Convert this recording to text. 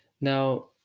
Now